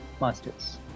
Masters